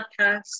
podcast